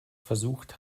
versucht